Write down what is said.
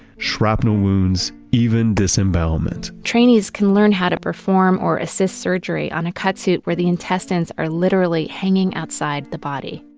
shrapnel wounds, even disembowelment. trainees can learn how to perform or assist surgery on a cut suit where the intestines are literally hanging outside the body.